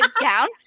down